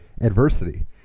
adversity